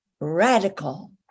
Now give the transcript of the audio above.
radical